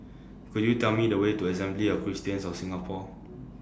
Could YOU Tell Me The Way to Assembly of Christians of Singapore